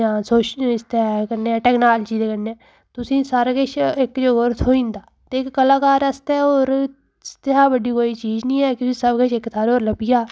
जां सोशल ते कन्नै टक्नोलाजी दे कन्नै तुसेंगी सारा किश इक जगह् पर थ्होई जंदा ते इक कलाकार आस्तै होर इसदे शा बड्डी कोई चीज नी ऐ कि उसी सब किश इक थाह्रा पर लब्भी जा